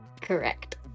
Correct